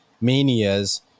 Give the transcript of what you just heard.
manias